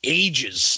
ages